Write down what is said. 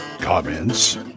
Comments